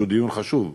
שהוא דיון חשוב.